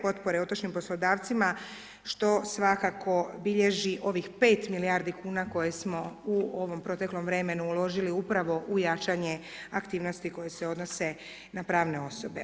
Potpore otočnim poslodavcima, što svakako bilježi ovih 5 milijardi kuna koje smo u ovom proteklom vremenu uložili upravo u jačanje aktivnosti koje se odnose na pravne osobe.